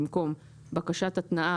במקום "בקשת התנעה,